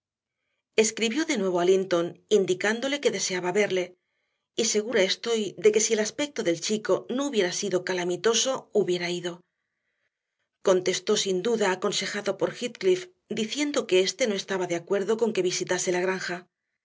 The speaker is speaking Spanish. escribió de nuevo a linton indicándole que deseaba verle y segura estoy de que si el aspecto del chico no hubiera sido calamitoso hubiera ido contestó sin duda aconsejado por heathcliff diciendo que éste no estaba de acuerdo con que visitase la granja